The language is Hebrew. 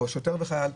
או שוטר וחייל,